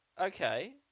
okay